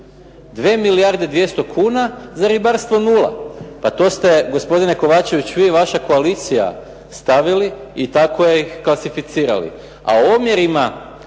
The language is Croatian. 2 milijarde 200 kuna, za ribarstvo nula. Pa to ste gospodine Kovačević vi i vaša koalicija stavili i tako ih klasificirali. A u omjerima